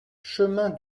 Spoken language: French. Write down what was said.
chemin